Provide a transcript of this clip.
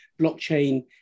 blockchain